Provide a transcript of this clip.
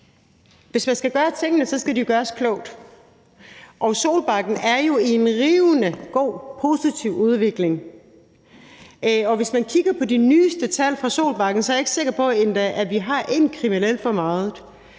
hvis man skal gøre tingene, skal de jo gøres klogt. Og Solbakken er i en rivende god og positiv udvikling. Hvis man kigger på de nyeste tal for Solbakken, er jeg endda ikke sikker på, at de har én kriminel for meget.